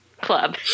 club